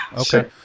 Okay